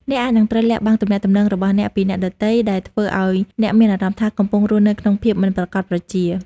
អ្នកអាចនឹងត្រូវលាក់បាំងទំនាក់ទំនងរបស់អ្នកពីអ្នកដទៃ ដែលធ្វើឲ្យអ្នកមានអារម្មណ៍ថា កំពុងរស់នៅក្នុងភាពមិនប្រាកដប្រជា។